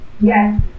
yes